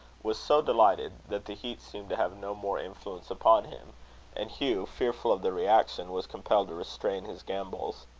was so delighted, that the heat seemed to have no more influence upon him and hugh, fearful of the reaction, was compelled to restrain his gambols.